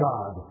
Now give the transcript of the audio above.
God